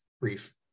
brief